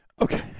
okay